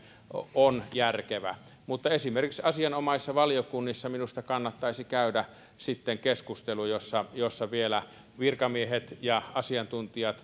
on järkevä mutta esimerkiksi asianomaisissa valiokunnissa minusta kannattaisi käydä keskustelu jossa jossa vielä virkamiehet ja asiantuntijat